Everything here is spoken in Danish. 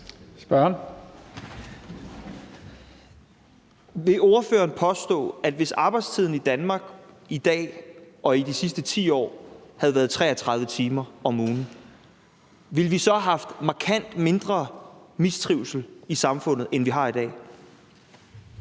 Vad (S): Vil ordføreren påstå, at hvis arbejdstiden i Danmark i dag og de sidste 10 år havde været 33 timer om ugen, så ville vi have haft markant mindre mistrivsel i samfundet, end vi har i dag?